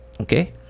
Okay